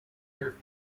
her